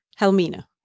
Helmina